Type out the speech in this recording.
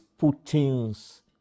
Putin's